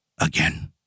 again